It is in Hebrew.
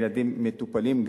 הילדים מטופלים,